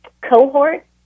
cohort